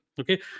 Okay